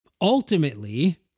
Ultimately